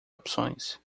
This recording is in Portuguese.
opções